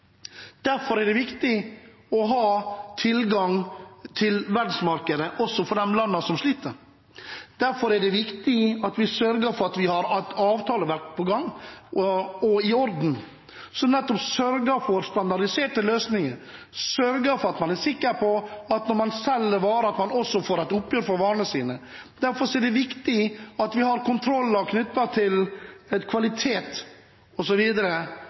Derfor er det viktig å ha tilgang til verdensmarkedet, også for de landene som sliter. Derfor er det viktig at vi sørger for å ha et avtaleverk på gang – og i orden – som sørger for standardiserte løsninger, sørger for at man er sikker på at når man selger varer, får man også oppgjør for varene sine. Derfor er det viktig at vi har kontroller knyttet til kvalitet